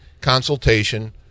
consultation